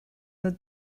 nhw